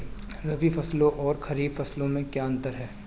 रबी फसलों और खरीफ फसलों में क्या अंतर है?